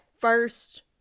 first